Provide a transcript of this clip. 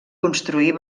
construir